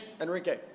Enrique